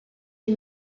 had